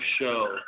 Show